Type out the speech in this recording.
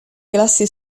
classi